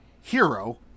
Hero